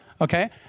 okay